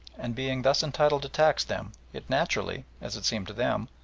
and being thus entitled to tax them, it naturally, as it seemed to them,